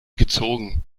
gezogen